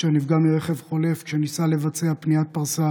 אשר נפגע מרכב חולף שניסה לבצע פניית פרסה